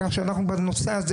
כך שאנחנו בנושא הזה,